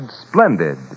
splendid